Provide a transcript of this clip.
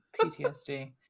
PTSD